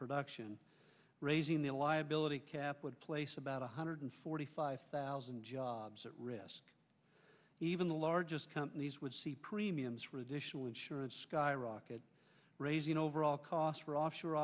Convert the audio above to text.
production raising the liability cap would place about one hundred forty five thousand jobs at risk even the largest companies would see premiums for additional insurance skyrocket raising overall costs for offshore